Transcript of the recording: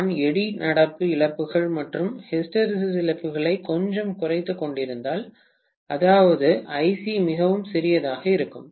நான் எடி நடப்பு இழப்புகள் மற்றும் ஹிஸ்டெரெசிஸ் இழப்புகளை கொஞ்சம் குறைத்துக்கொண்டிருந்தால் அதாவது ஐசி மிகவும் சிறியதாக இருக்கும்